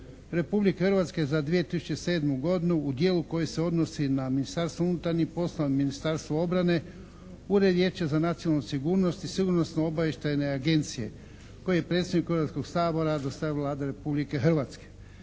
Republike Hrvatske za 2007. godinu u dijelu koji se odnosi na Ministarstvo unutarnjih poslova, Ministarstvo obrane, Ureda vijeće za nacionalnu sigurnost i Sigurnosno obavještajne agencije koje je predsjedniku Hrvatskog sabora dostavila Vlada Republike Hrvatske.